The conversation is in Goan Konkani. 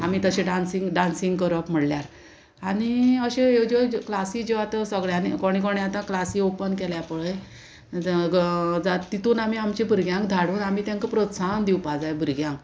आमी तशें डांसींग डांसींग करप म्हणल्यार आनी अश्यो ह्यो ज्यो क्लासी ज्यो आतां सगळ्यांनी कोणें कोणें आतां क्लासी ओपन केल्या पळय तितून आमी आमच्या भुरग्यांक धाडून आमी तेंका प्रोत्साहन दिवपा जाय भुरग्यांक